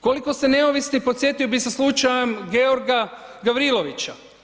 Koliko ste neovisni podsjetio bih i sa slučajem Georga Gavrilovića.